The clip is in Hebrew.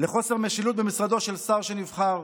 לחוסר משילות במשרדו של שר שנבחר.